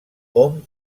hom